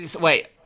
wait